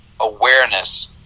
awareness